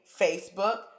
Facebook